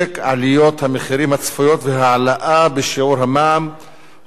עליות המחירים הצפויות והעלאת שיעור המע"מ הופכים